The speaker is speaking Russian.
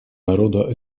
народа